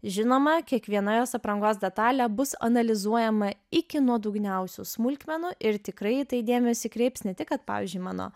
žinoma kiekviena jos aprangos detalė bus analizuojama iki nuodugniausių smulkmenų ir tikrai į tai dėmesį kreips ne tik kad pavyzdžiui mano